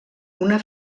una